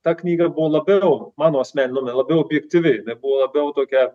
ta knyga buvo labiau mano asmenine nuomone labiau objektyvi jinai buvo labiau tokia